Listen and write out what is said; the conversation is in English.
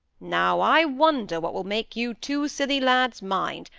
now, i wonder what will make you two silly lads mind,